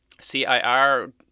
CIR